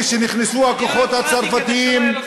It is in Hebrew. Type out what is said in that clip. כשנכנסו הכוחות הצרפתיים,